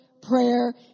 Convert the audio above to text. prayer